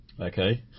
Okay